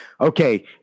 okay